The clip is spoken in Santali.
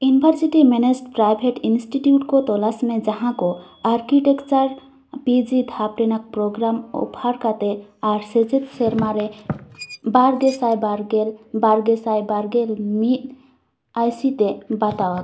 ᱤᱭᱩᱱᱤᱵᱷᱟᱨᱥᱤᱴᱤ ᱢᱮᱱᱮᱡᱽ ᱯᱨᱟᱭᱵᱷᱮᱴ ᱤᱱᱥᱴᱤᱴᱤᱣᱩᱴ ᱠᱚ ᱛᱚᱞᱟᱥ ᱢᱮ ᱡᱟᱦᱟᱸᱠᱚ ᱟᱨᱴᱤᱴᱮᱠᱪᱟᱨ ᱯᱤ ᱡᱤ ᱫᱷᱟᱯ ᱨᱮᱱᱟᱜ ᱯᱨᱳᱜᱨᱟᱢ ᱚᱯᱷᱟᱨ ᱠᱟᱛᱮᱫ ᱟᱨ ᱥᱮᱪᱮᱫ ᱥᱮᱨᱢᱟᱨᱮ ᱵᱟᱨ ᱜᱮᱥᱟᱭ ᱵᱟᱨᱜᱮᱞ ᱵᱟᱨ ᱜᱮᱥᱟᱭ ᱵᱟᱨᱜᱮᱞ ᱢᱤᱫ ᱟᱭᱥᱤᱴᱮ ᱵᱟᱛᱟᱣᱟ